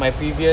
my previous